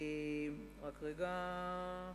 רגע,